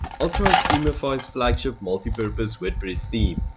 ultra is themify's flagship multipurpose wordpress theme.